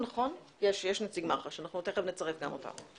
יש נציג מח"ש, אנחנו תכף נצרף גם אותו.